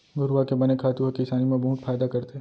घुरूवा के बने खातू ह किसानी म बहुत फायदा करथे